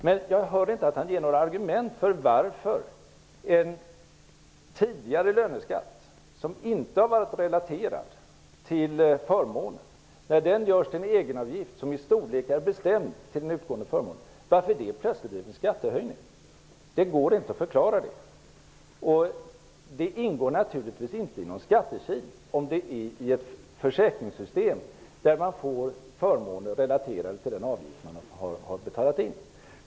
Men jag hör inte att Johan Lönnroth ger några argument för att det när en tidigare löneskatt som inte har varit relaterad till förmåner omvandlas till en egenavgift, vars storlek är bestämd i förhållande till den utgående förmånen, plötsligt skulle bli en skattehöjning. Det går inte att förklara detta. Det skapas inte någon skattekil om förmånerna i ett försäkringssystem relateras till den avgift som man har betalat in.